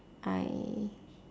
I